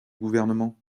gouvernement